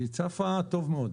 היא צפה טוב מאוד.